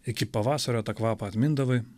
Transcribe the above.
iki pavasario tą kvapą atmindavai